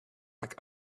like